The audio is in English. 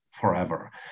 Forever